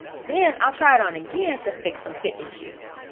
then, i'll try it on again to fix some fit issues.